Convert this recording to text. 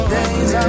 days